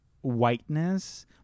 whiteness